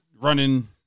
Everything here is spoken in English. running